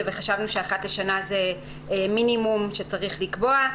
וחשבנו שאחת לשנה זה מינימום שצריך לקבוע.